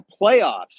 playoffs